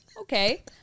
Okay